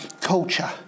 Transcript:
culture